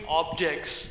objects